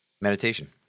meditation